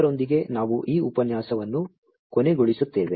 ಇದರೊಂದಿಗೆ ನಾವು ಈ ಉಪನ್ಯಾಸವನ್ನು ಕೊನೆಗೊಳಿಸುತ್ತೇವೆ